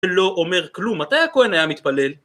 לא אומר כלום. מתי הכהן היה מתפלל?